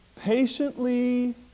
patiently